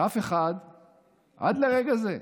ואף אחד עד לרגע זה,